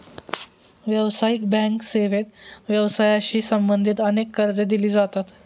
व्यावसायिक बँक सेवेत व्यवसायाशी संबंधित अनेक कर्जे दिली जातात